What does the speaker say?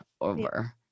over